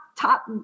top